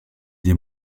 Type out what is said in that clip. des